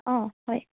অ হয়